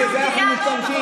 בגלל זה אנחנו מתעמתים,